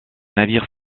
navires